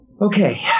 Okay